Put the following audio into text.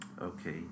Okay